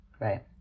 Right